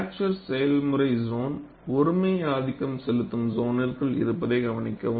fracture செயல்முறை zone ஒருமை ஆதிக்கம் செலுத்தும் சோனிற்க்குள் இருப்பதை கவனிக்கவும்